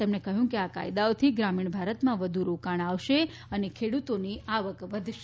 તેમણે કહ્યું કે આ કાયદાઓથી ગ્રામીણ ભારતમાં વધુ રોકાણ આવશે અને ખેડૂતોની આવક વધશે